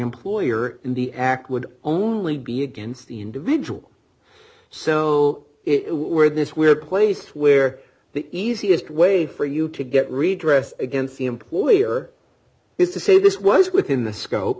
employer in the act would only be against the individual so it where this weird place where the easiest way for you to get redress against the employer is to say this was within the scope